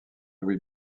louis